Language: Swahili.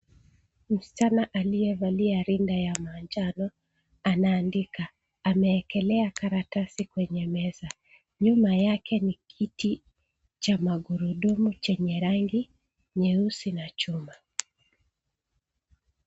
Msichana aliyevalia rinda ya manjano anaandika. Ameekelea karatasi kwenye meza. Nyuma yake ni kiti cha magurudumu chenye rangi nyeusi na chuma.